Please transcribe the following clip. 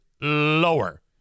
lower